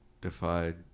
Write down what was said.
defied